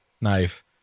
knife